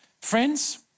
Friends